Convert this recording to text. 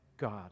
God